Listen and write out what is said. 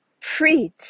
preach